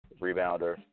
rebounder